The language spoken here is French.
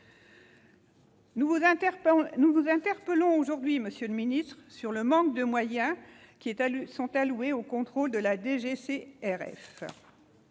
Nous vous interpellons aujourd'hui, monsieur le ministre, sur le manque de moyens alloués aux contrôles de la DGCCRF,